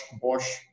Bosch